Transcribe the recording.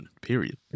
period